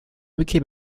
became